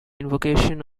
invocation